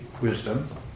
wisdom